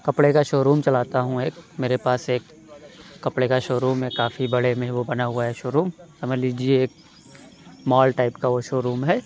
کپڑے کا showroom چلاتا ہوں ایک میرے پاس ایک کپڑے کا شو روم ہے كافی بڑے میں وہ بنا ہُوا ہے شو روم سمجھ لیجیے مال ٹائپ کا وہ شو روم ہے